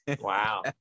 Wow